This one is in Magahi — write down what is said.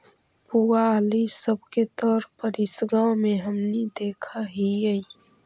पुआल इ सब के तौर पर इस गाँव में हमनि देखऽ हिअइ